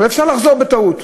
אבל אפשר לחזור מטעות.